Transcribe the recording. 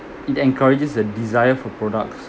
it encourages a desire for products